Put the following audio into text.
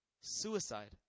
Suicide